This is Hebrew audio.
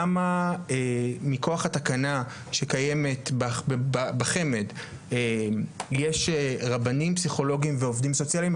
למה מכוח התקנה שקיימת בחמ"ד יש רבנים פסיכולוגים ועובדים סוציאליים,